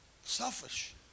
Selfish